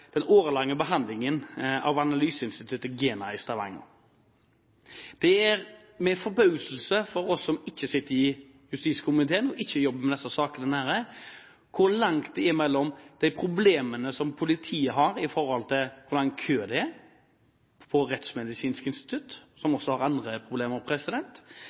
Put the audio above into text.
den årelange behandlingen av analyseinstituttet GENA i Stavanger. Det er forbausende for oss som ikke sitter i justiskomiteen og jobber nært med disse sakene, hvor langt det er mellom de problemene som politiet har i forhold til hvor lang kø det er på Rettsmedisinsk institutt, som også har andre problemer,